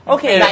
Okay